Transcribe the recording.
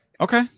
okay